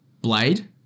Blade